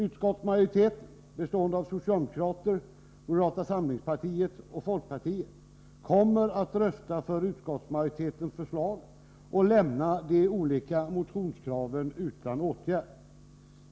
Utskottsmajoriteten, bestående av socialdemokrater, moderata samlingspartiet och folkpartiet, kommer att rösta för utskottsmajoritetens förslag och lämna de olika motionskraven utan åtgärd.